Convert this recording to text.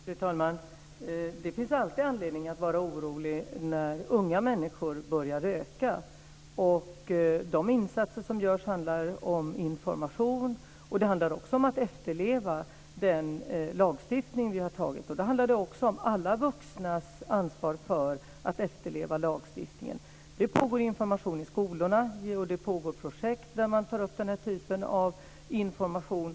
Fru talman! Det finns alltid anledning att vara orolig när unga människor börjar röka. De insatser som görs handlar om information och om att efterleva den lagstiftning som vi har fattat beslut om. Då handlar det också om alla vuxnas ansvar för att efterleva lagstiftningen. Det pågår information i skolorna, och det pågår projekt där man tar upp denna typ av information.